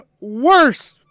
worse